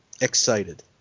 excited